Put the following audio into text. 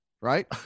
right